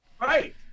Right